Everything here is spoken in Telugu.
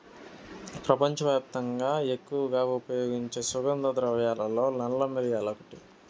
ప్రపంచవ్యాప్తంగా ఎక్కువగా ఉపయోగించే సుగంధ ద్రవ్యాలలో నల్ల మిరియాలు ఒకటి